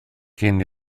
cyn